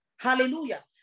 Hallelujah